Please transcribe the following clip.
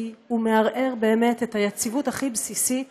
כי הוא מערער את היציבות הכי בסיסית